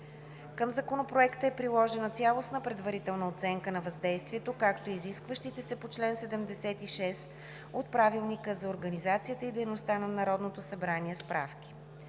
Към Законопроекта е приложена Цялостна предварителна оценка на въздействието, както и изискващите се по чл. 76 от Правилника за организацията и дейността на Народното събрание справки.